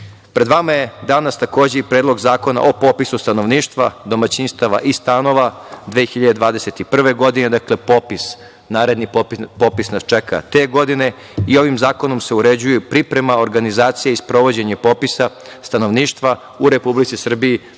vama je danas takođe i Predlog zakona o popisu stanovništva, domaćinstava i stanova 2021. godine. Dakle, popis, naredni popis nas čeka te godine i ovim zakonom se uređuju priprema, organizacija i sprovođenje popisa stanovništva u Republici Srbiji